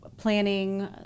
planning